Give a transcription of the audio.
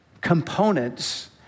components